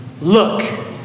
look